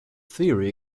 theory